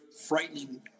frightening